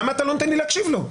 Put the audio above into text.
למה אתה לא נותן לי להקשיב לו?